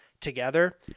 together